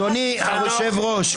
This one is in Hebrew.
אדוני היושב-ראש,